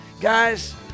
Guys